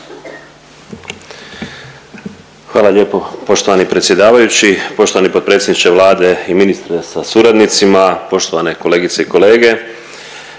Hvala lijepo poštovani predsjedavajući. Poštovani potpredsjedniče Vlade i ministre sa suradnicima, poštovane kolegice i kolege